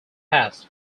passed